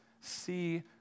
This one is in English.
see